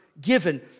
Given